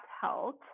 health